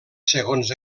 segons